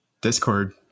discord